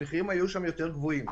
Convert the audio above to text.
המחירים היו שם יותר גבוהים.